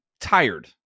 tired